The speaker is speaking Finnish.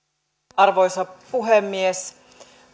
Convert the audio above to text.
arvoisa puhemies